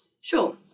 Sure